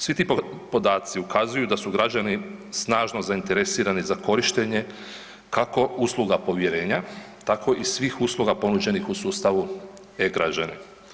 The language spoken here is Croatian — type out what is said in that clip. Svi ti podaci ukazuju da su građani snažno zainteresirani za korištenje, kako usluga povjerenja, tako i svih usluga ponuđenih u sustavu e-građani.